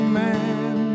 man